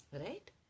Right